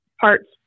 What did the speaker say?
parts